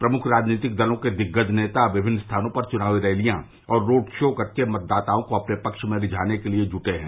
प्रमुख राजनीतिक दलों के दिग्गज नेता विभिन्न स्थानों पर चुनावी रैलियां और रोड शो करके मतदाताओं को अपने पक्ष में रिझाने के लिये जूटे हुए हैं